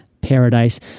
paradise